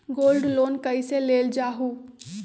Gold loan कईसे लेल जाहु?